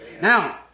Now